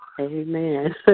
Amen